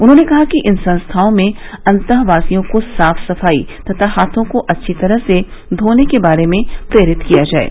उन्होंने कहा कि इन संस्थाओं में अतःवासियों को साफ सफाई तथा हाथों को अच्छी तरह से धोने के बारे में प्रेरित किया जाये